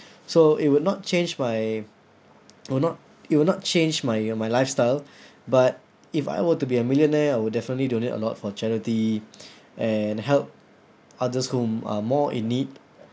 so it will not change my it will not it will not change my my lifestyle but if I were to be a millionaire I would definitely donate a lot for charity and help others whom are more in need